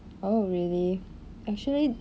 oh really actually